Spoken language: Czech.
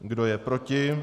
Kdo je proti?